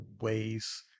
ways